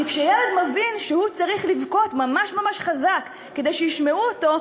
כי כשילד מבין שהוא צריך לבכות ממש ממש חזק כדי שישמעו אותו,